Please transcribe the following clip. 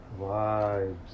vibes